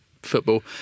football